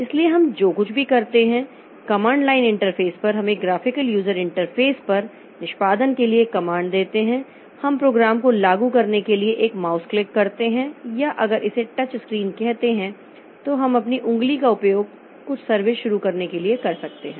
इसलिए हम जो कुछ भी करते हैं इसलिए कमांड लाइन इंटरफ़ेस पर हम एक ग्राफिकल यूजर इंटरफेस पर निष्पादन के लिए एक कमांड देते हैं हम प्रोग्राम को लागू करने के लिए एक माउस क्लिक करते हैं या अगर इसे टच स्क्रीन कहते हैं तो हम अपनी उंगली का उपयोग कुछ सर्विस शुरू करने के लिए कर सकते हैं